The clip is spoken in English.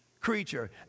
creature